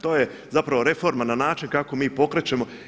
To je zapravo reforma na način kako mi pokrećemo.